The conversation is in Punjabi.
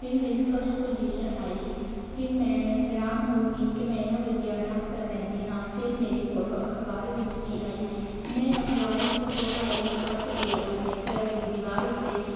ਫਿਰ ਮੇਰੀ ਫਸਟ ਪੁਜ਼ੀਸ਼ਨ ਆਈ ਫਿਰ ਮੈਂ ਹੈਰਾਨ ਹੋ ਗਈ ਕਿ ਮੈਂ ਇੰਨਾਂ ਵਧੀਆ ਡਾਂਸ ਕਰ ਲੈਂਦੀ ਹਾਂ ਫਿਰ ਮੇਰੀ ਫੋਟੋ ਅਖਬਾਰ ਵਿੱਚ ਵੀ ਆਈ ਮੈਂ ਅਖਬਾਰ ਵਿੱਚ ਫੋਟੋ ਆਈ ਨੂੰ ਕੱਟ ਕੇ ਆਪਣੇ ਘਰ ਦੀ ਦੀਵਾਰ ਉੱਤੇ